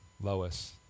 Lois